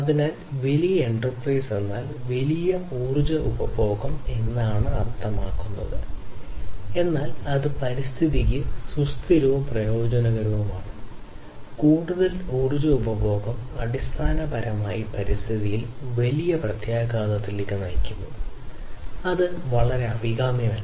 അതിനാൽ വലിയ എന്റർപ്രൈസ് എന്നാൽ വലിയ ഊർജ്ജ ഉപഭോഗം എന്നാണ് അർത്ഥമാക്കുന്നത് എന്നാൽ അത് പരിസ്ഥിതിക്ക് സുസ്ഥിരവും പ്രയോജനകരവുമാണ് കൂടുതൽ ഊർജ്ജ ഉപഭോഗം അടിസ്ഥാനപരമായി പരിസ്ഥിതിയിൽ വലിയ പ്രത്യാഘാതത്തിലേക്ക് നയിക്കുന്നു അത് വളരെ അഭികാമ്യമല്ല